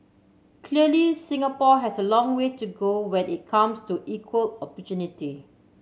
clearly Singapore has a long way to go when it comes to equal opportunity